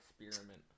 experiment